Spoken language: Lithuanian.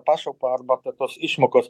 pašalpa arba apie tos išmokos